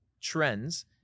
trends